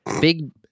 Big